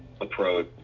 approach